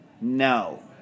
No